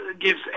gives